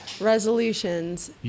resolutions